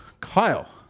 kyle